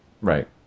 Right